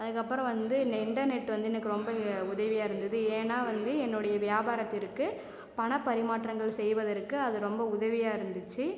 அதுக்கப்புறம் வந்து இந்த இன்டர்நெட் வந்து எனக்கு ரொம்ப உதவியாக இருந்தது ஏன்னா வந்து என்னுடைய வியாபாரத்திற்கு பணப் பரிமாற்றங்கள் செய்வதற்கு அது ரொம்ப உதவியாக இருந்துச்சு